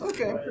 Okay